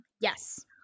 yes